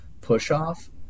push-off